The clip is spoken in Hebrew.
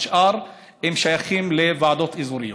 השאר שייכים לוועדות אזוריות.